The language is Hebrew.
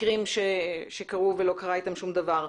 מקרים שבהם הוגשו תלונות אך לא קרה איתן שום דבר.